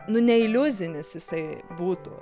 nu ne iliuzinis jisai būtų